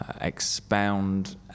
Expound